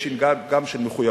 יש עניין גם של מחויבות.